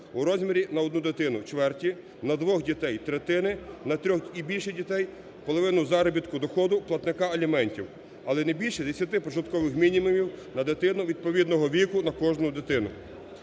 у розмірі на 1 дитину – чверті, на 2 дітей – третини, на 3 і більше дітей – половину заробітку доходу платника аліментів, але не більше 10 прожиткових мінімумів на дитину відповідного віку на кожну дитину.